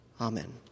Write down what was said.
Amen